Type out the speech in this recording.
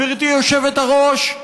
גברתי היושבת-ראש,